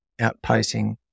outpacing